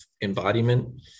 embodiment